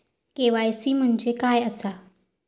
KYC म्हणजे काय आसा?